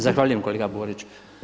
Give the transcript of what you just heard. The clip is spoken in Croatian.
Zahvaljujem kolega Borić.